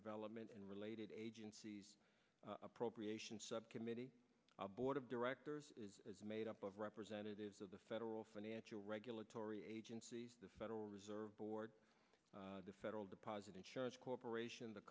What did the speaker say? development and related agencies appropriations subcommittee a board of directors is made up of representatives of the federal financial regulatory agencies the federal reserve board the federal deposit insurance corporation the